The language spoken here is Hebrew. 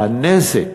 הנזק